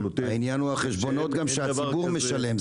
העניין הוא גם החשבונות שהציבור משלם.